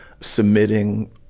submitting